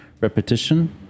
repetition